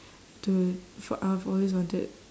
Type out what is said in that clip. to for uh I've always wanted